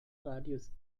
radius